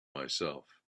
myself